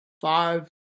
five